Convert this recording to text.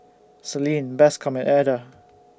Celine Bascom Eda